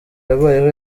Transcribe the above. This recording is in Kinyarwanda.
yabayeho